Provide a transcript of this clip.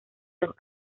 los